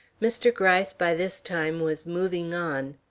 mr. gryce by this time was moving on.